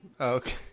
Okay